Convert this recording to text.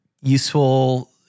useful